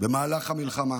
במהלך המלחמה